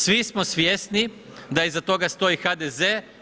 Svi smo svjesni da iza toga stoji HDZ.